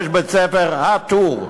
יש בית-ספר א-טור.